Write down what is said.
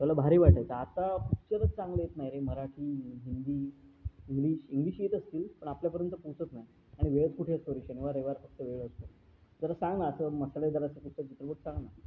त्याला भारी वाटायचं आता पिक्चरच चांगले येत नाही रे मराठी हिंदी इंग्लिश इंग्लिश येत असतील पण आपल्यापर्यंत पोहोचत नाही आणि वेळच कुठे असतो रे शनिवार रविवार फक्त वेळ असतो जरा सांग ना असं मसालेदार असं चित्रपट सांग ना